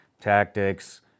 tactics